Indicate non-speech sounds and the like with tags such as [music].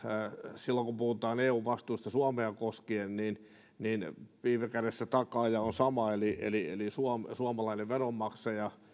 silloin kun puhutaan eu vastuista suomea koskien niin niin viime kädessä takaaja on sama eli eli suomalainen suomalainen veronmaksaja [unintelligible]